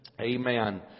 Amen